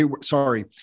sorry